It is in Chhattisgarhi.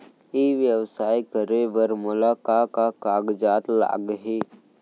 ई व्यवसाय करे बर मोला का का कागजात लागही?